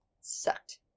Sucked